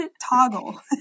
Toggle